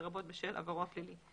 לרבות בשל עברו הפלילי.